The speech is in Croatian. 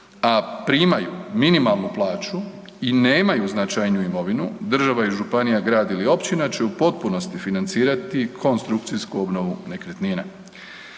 a primaju minimalnu plaću i nemaju značajniju imovinu država, županija, grad ili općina će u potpunosti financirati konstrukciju obnovu nekretnina.